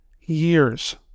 years